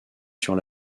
sur